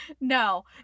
No